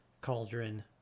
cauldron